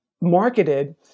marketed